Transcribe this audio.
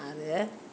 आरो